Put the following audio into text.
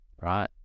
right